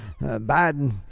Biden